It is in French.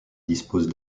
dispose